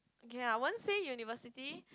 okay I won't say university